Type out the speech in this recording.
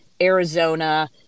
Arizona